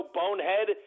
bonehead